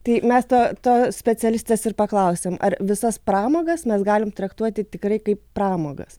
tai mes to to specialistės ir paklausėm ar visas pramogas mes galim traktuoti tikrai kaip pramogas